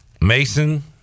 mason